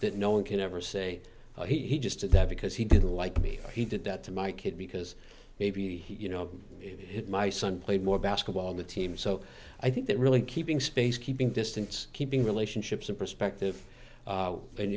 that no one can ever say oh he just did that because he didn't like me he did that to my kid because maybe he you know it my son played more basketball on the team so i think that really keeping space keeping distance keeping relationships in perspective